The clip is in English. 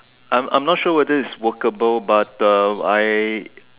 I'm I'm not sure whether it's workable but uh I